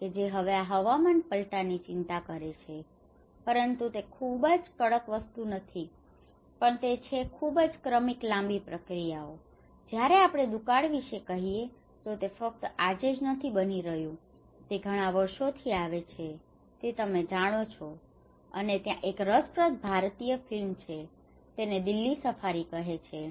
છે જે હવે આ હવામાન પલટાની ચિંતા કરે છે પરંતુ તે ખૂબ જ કડક વસ્તુ નથી પણ તે છે ખૂબ જ ક્રમિક લાંબી પ્રક્રિયાઓ છે જયારે આપણે દુકાળ વિશે કહીએ તો તે ફક્ત આજે જ નથી બની રહ્યું તે ઘણા વર્ષો થી આવે છે તે તમે જાણો છો અને ત્યાં એક રસપ્રદ ભારતીય ફિલ્મ છે તેને દિલ્હી સફારી કહે છે